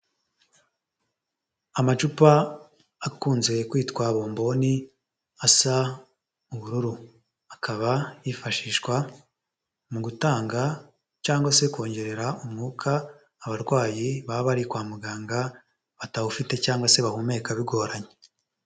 Amacupa akunze kwitwa bomboni asa ubururu, akaba yifashishwa mu gutanga cyangwa se kongerera umwuka abarwayi baba bari kwa muganga batawufite, cyangwa se bahumeka bigoranye.